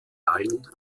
allen